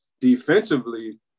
defensively